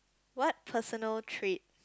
what personal trait